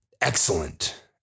excellent